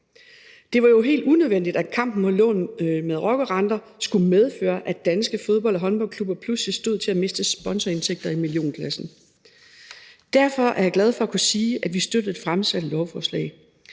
Det var jo helt unødvendigt, at kampen mod lån med rockerrenter skulle medføre, at danske fodbold- og håndboldklubber pludselig stod til at miste sponsorindtægter i millionklassen. Derfor er jeg glad for at kunne sige, at vi støtter det fremsatte lovforslag.